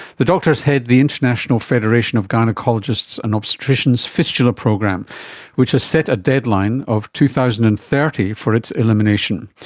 the doctors head the international federation of gynaecologists and obstetricians fistula program which has set a deadline of two thousand and thirty four for its elimination.